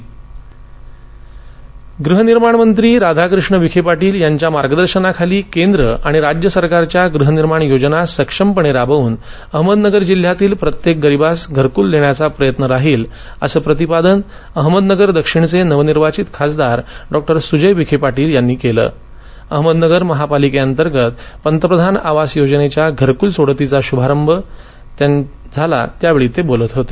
घरकुल गृहनिर्माण मंत्री राधाकृष्ण विखे पाटील यांच्या मार्गदर्शनाखाली केंद्र आणि राज्य सरकारच्या गृह निर्माण योजना सक्षमपणे राबवून अहमदनगर जिल्ह्यातील प्रत्येक गरीबास घरकुल देणाचा प्रयत्न राहील असं प्रतिपादन अहमदनगर दक्षिणचे नवनिर्वाचित खासदार डॉक्टर सुजय विखे पाटील यांनी केले अहमदनगर महानगरपालिकेअंतर्गत पंतप्रधान आवास योजनाच्या घरकूल सोडतीच्या शुभारंभ प्रसंगी ते काल बोलत होते